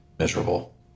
miserable